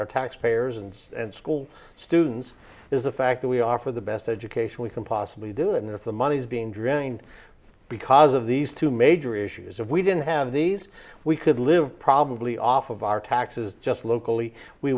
are taxpayers and and school students is the fact that we offer the best education we can possibly do and if the money's being drained because of these two major issues if we didn't have these we could live probably off of our taxes just locally we